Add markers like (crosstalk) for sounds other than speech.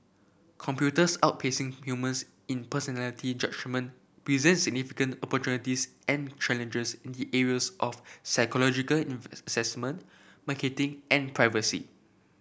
computers outpacing humans in personality judgement presents significant opportunities and challenges in (unintelligible) of psychological (unintelligible) assessment marketing and privacy